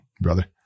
brother